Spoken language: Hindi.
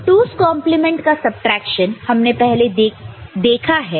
2's कंप्लीमेंट का सबट्रैक्शन हमने पहले सीखा है